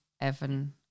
Evan